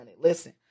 Listen